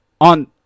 on